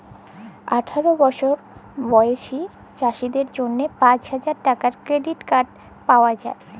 আঠার বসর বয়েসী চাষীদের জ্যনহে পাঁচ হাজার টাকার কেরডিট পাউয়া যায়